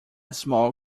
small